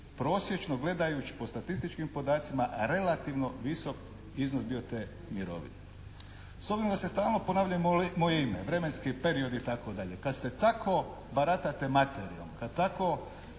prosječno gledajući po statističkim podacima relativno visok iznos bio te mirovine. S obzirom da se stalno ponavlja moje ime, vremenski period i tako dalje kad ste tako baratate materijom, kad tako